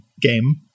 game